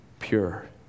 pure